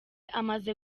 amaze